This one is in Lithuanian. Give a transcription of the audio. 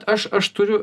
aš aš turiu